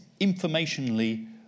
informationally